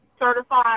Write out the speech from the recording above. certified